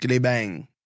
Bang